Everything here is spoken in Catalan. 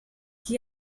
qui